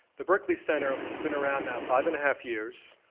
the berkeley center has been around, now, five and a half years.